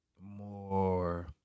more